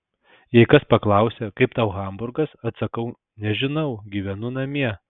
jei kas paklausia kaip tau hamburgas atsakau nežinau gyvenu namie